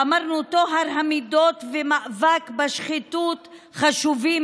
ואמרנו: טוהר המידות ומאבק בשחיתות חשובים